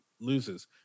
loses